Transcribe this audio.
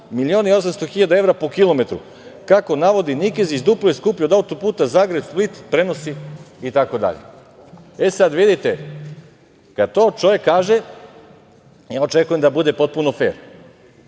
i 800.000 evra po kilometru. Kako navodi Nikezić duplo je skuplji od auto-puta Zagreb – Split prenosi itd.E, sada vidite, kada to čovek kaže ja očekujem da bude potpuno fer,